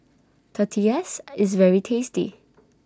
Tortillas IS very tasty